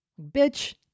Bitch